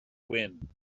win